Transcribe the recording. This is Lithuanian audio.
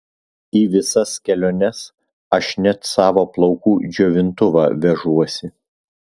į visas keliones aš net savo plaukų džiovintuvą vežuosi